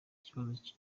kibazo